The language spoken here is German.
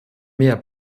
mehr